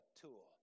tool